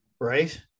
right